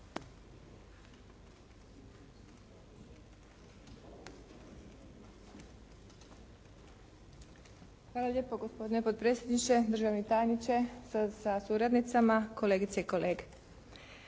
Zahvaljujem gospodine potpredsjedniče. Državni tajniče sa suradnicima, kolegice i kolege.